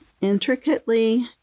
intricately